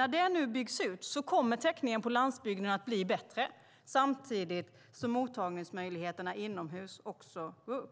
När det nu byggs ut kommer täckningen på landsbygden att bli bättre samtidigt som mottagningsmöjligheterna inomhus ökar.